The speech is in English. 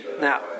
Now